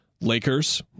Lakers